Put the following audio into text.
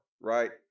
right